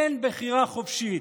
אין בחירה חופשית,